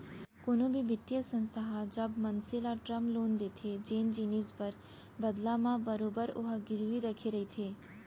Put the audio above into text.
कोनो भी बित्तीय संस्था ह जब मनसे न टरम लोन देथे जेन जिनिस बर बदला म बरोबर ओहा गिरवी रखे रहिथे